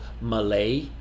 Malay